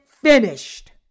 finished